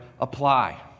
apply